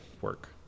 work